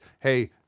Hey